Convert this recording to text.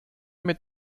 mit